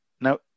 Now